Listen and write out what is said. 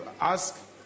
ask